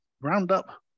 roundup